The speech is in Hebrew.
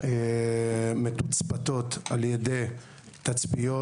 מתוצפתות ע"י תצפיות,